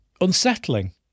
unsettling